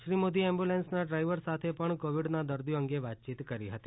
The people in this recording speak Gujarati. શ્રી મોદીએ એમ્બ્યુલન્સના ડ્રાયવર સાથે પણ કોવીડના દર્દીઓ અંગે વાતયીત કરી હતી